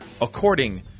According